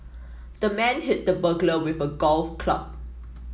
the man hit the burglar with a golf club